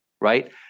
right